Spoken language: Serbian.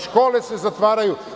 Škole se zatvaraju.